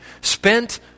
spent